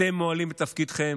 אתם מועלים בתפקידכם.